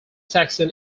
saxon